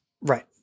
Right